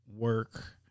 work